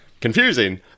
confusing